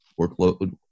workload